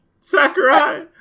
Sakurai